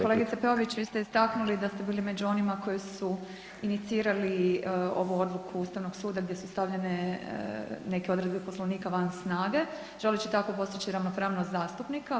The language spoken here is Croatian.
Kolegice Peović, vi ste istaknuli da ste među onima koji su inicirali ovu odluku ustavnog suda gdje su stavljene neke odredbe Poslovnika van snage želeći tako postići ravnopravnost zastupnika.